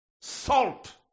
Salt